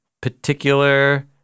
particular